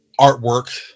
artwork